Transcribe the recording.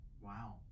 Wow